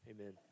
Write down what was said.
Amen